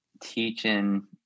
teaching